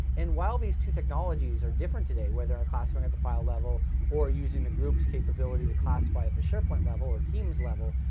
and while these two technologies are different today, whether they're classifying at the file level or using the groups capability to classify at the sharepoint level or teams level,